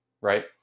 right